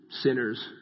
Sinners